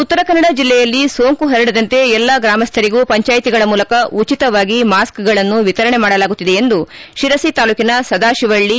ಉತ್ತರಕನ್ನಡ ಜಿಲ್ಲೆಯಲ್ಲಿ ಸೋಂಕು ಪರಡದಂತೆ ಎಲ್ಲಾ ಗ್ರಾಮಸ್ಠರಿಗೂ ಪಂಚಾಯಿತಿಗಳ ಮೂಲಕ ಉಚಿತವಾಗಿ ಮಾಸ್ಗೆಗಳನ್ನು ವಿತರಣೆ ಮಾಡಲಾಗುತ್ತಿದೆ ಎಂದು ಸಿರಸಿ ತಾಲೂಕಿನ ಸದಾತಿವಳ್ಳಿ